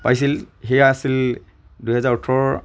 পাইছিল সেয়া আছিল দুহেজাৰ ওঠৰ